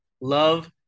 love